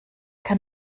kann